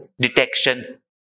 detection